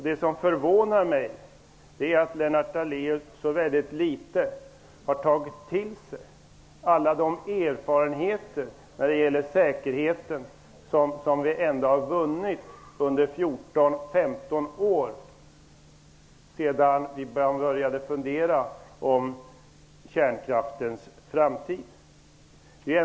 Det förvånar mig att Lennart Daléus i så liten grad har tagit till sig av alla de erfarenheter när det gäller säkerheten som vi har vunnit under 14--15 år sedan vi började fundera över kärnkraftens framtid.